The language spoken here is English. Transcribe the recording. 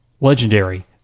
legendary